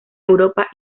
europa